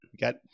got